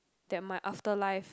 that my afterlife